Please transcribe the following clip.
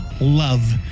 Love